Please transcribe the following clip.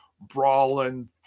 brawling